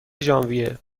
ژانویه